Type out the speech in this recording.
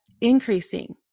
increasing